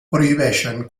prohibeixen